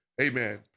Amen